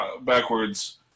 backwards